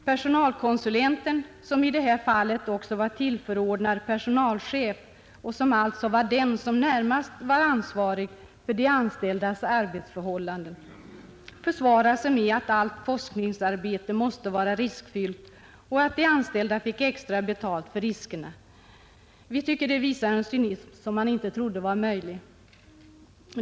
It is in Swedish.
Personalkonsulenten, som också var tillförordnad personalchef och alltså den närmast ansvarige för de anställdas arbetsförhållanden, försvarade sig med att allt forskningsarbete måste vara riskfyllt och att de anställda fick extra betalt för riskerna. Vi tycker att detta visar en cynism som man inte trodde var möjlig.